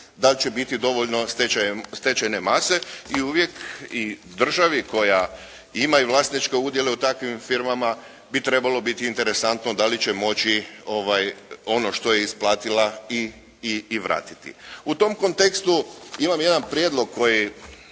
da li će biti dovoljno stečajne mase i uvijek i državi koja ima i vlasničke udjele u takvim firmama bi trebalo biti interesantno da li će moći ono što je isplatila i vratiti. U tom kontekstu imam jedan prijedlog koji